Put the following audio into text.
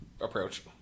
approach